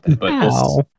wow